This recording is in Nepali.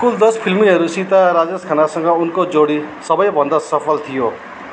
कुल दस फिल्महरूसित राजेस खन्नासँग उनको जोडी सबैभन्दा सफल थियो